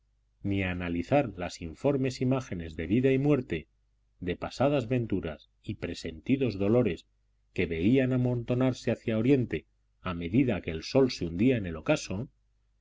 ni analizar las informes imágenes de vida y muerte de pasadas venturas y presentidos dolores que veían amontonarse hacia oriente a medida que el sol se hundía en el ocaso